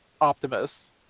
Optimus